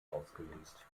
ausgelöst